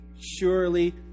surely